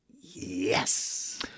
yes